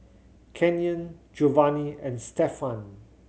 Canyon Giovani and Stefan